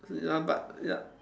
ya but ya